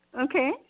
Okay